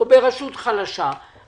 או ברשות חלשה,